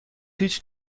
هیچ